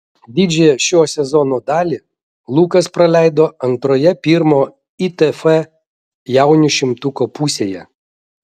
didžiąją šio sezono dalį lukas praleido antroje pirmo itf jaunių šimtuko pusėje